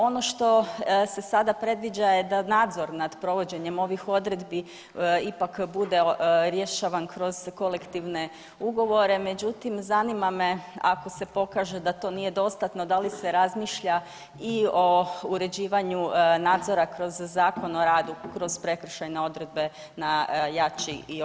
Ono što se sada predviđa je da nadzor nad provođenjem ovih odredbi ipak bude rješavan kroz kolektivne ugovore, međutim zanima me ako se pokaže da to nije dostatno da li se razmišlja i o uređivanju nadzora kroz Zakon o radu, kroz prekršajne odredbe na jači i oštriji način.